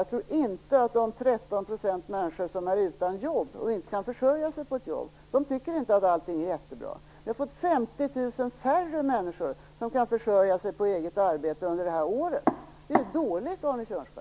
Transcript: Jag tror inte att de 13 % människor som är utan jobb och inte kan försörja sig tycker att allting är jättebra. Under det här året har vi fått 50 000 färre människor som kan försörja på eget arbete. Det är dåligt, Arne